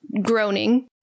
groaning